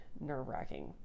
nerve-wracking